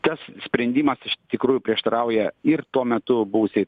tas sprendimas iš tikrųjų prieštarauja ir tuo metu buvusiai